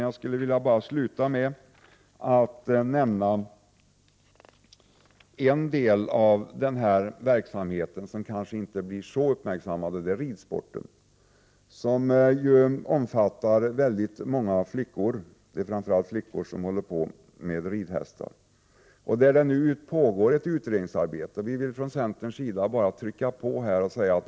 Jag vill avslutningsvis nämna en del av idrottsverksamheten som kanske inte blir så mycket uppmärksammad. Det gäller ridsporten. Den omfattar väldigt många flickor, det är ju framför allt flickor som håller på med ridhästar. Det pågår ett utredningsarbete om ridsporten. Vi vill från centerns sida trycka på i den här frågan.